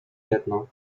jedno